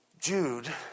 Jude